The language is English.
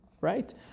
Right